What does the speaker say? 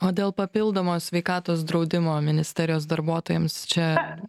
o dėl papildomo sveikatos draudimo ministerijos darbuotojams čia